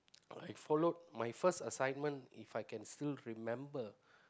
I followed my first assignment If I can still remember